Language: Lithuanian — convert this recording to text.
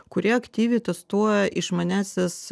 kuri aktyviai testuoja išmaniąsias